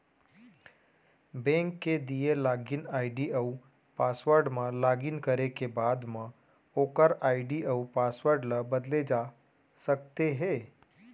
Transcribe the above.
bank के दिए login ID अउ पासवर्ड म लॉगिन करे के बाद म ओकर आईडी अउ पासवर्ड ल बदले जा सकते हे